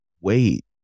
wait